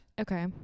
Okay